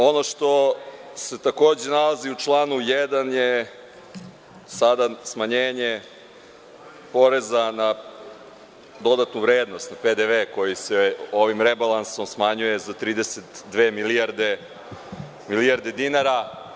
Ono što se, takođe, nalazi u članu 1. je sada smanjenje poreza na dodatu vrednost, PDV kojim se ovim rebalansom smanjuje za 32 milijarde dinara.